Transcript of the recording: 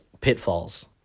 pitfalls